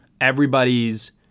everybody's